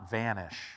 vanish